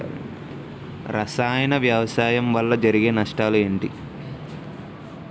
రసాయన వ్యవసాయం వల్ల జరిగే నష్టాలు ఏంటి?